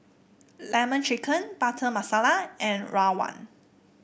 lemon chicken Butter Masala and rawon